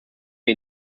wir